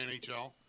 NHL